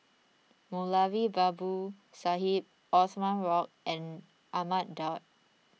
Moulavi Babu Sahib Othman Wok and Ahmad Daud